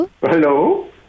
Hello